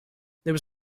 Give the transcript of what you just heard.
there